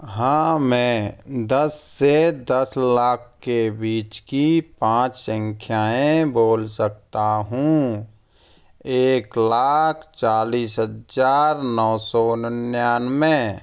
हाँ मैं दस से दस लाख के बीच की पाँच संख्याएँ बोल सकता हूँ एक लाख चालीस हजार नौ सौ निन्यानवे